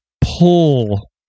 pull